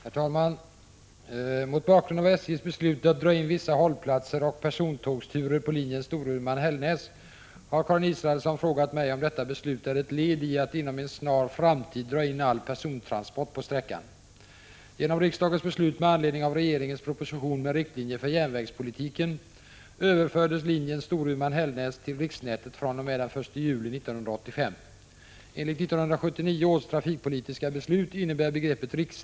Herr talman! Mot bakgrund av SJ:s beslut att dra in vissa hållplatser och persontågsturer på linjen Storuman-Hällnäs har Karin Israelsson frågat mig om detta beslut är ett led i att inom en snar framtid dra in all persontransport på sträckan.